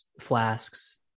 flasks